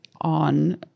on